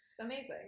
amazing